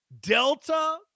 Delta